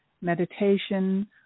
meditation